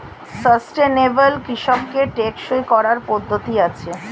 sustainable কৃষিকে টেকসই করার পদ্ধতি আছে